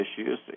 issues